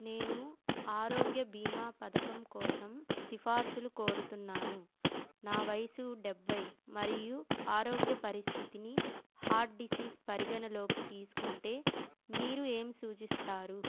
నేను ఆరోగ్య భీమా పథకం కోసం సిఫార్సులు కోరుతున్నాను నా వయసు డెబ్బై మరియు ఆరోగ్య పరిస్థితిని హార్ట్ డీసీస్ పరిగణనలోకి తీసుకుంటే మీరు ఏమి సూచిస్తారు